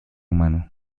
humano